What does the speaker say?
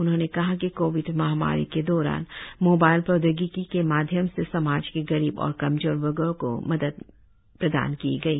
उन्होंने कहा कि कोविड महामारी के दौरान मोबाइल प्रौद्योगिकी के माध्यम से समाज के गरीब और कमजोर वर्गो को मदद प्रदान की गई